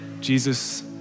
Jesus